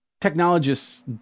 technologists